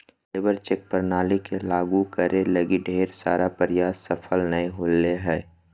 labour check प्रणाली के लागु करे लगी ढेर सारा प्रयास सफल नय होले हें